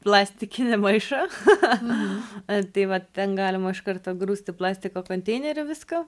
plastikinį maišą tai va ten galima iš karto grūst į plastiko konteinerį viską